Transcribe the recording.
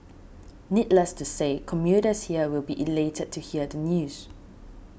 needless to say commuters here will be elated to hear the news